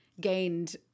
gained